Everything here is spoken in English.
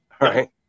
right